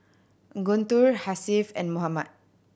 Guntur Hasif and Muhammad